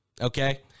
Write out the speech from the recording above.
Okay